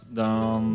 dan